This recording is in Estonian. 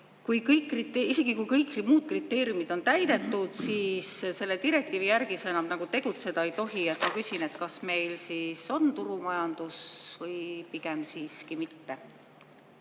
kui kõik muud kriteeriumid on täidetud, siis selle direktiivi järgi sa enam nagu tegutseda ei tohi. Ma küsin, et kas meil on turumajandus või pigem siiski mitte.